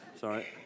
sorry